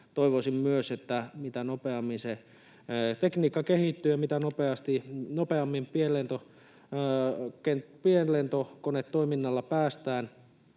Toivoisin myös, että mitä nopeammin se tekniikka kehittyy ja mitä nopeammin pienlentokonetoiminnalla päästään